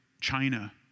China